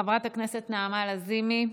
חברת הכנסת נעמה לזימי,